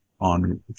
on